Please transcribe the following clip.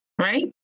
right